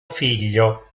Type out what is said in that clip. figlio